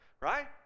right